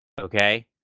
Okay